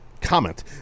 comment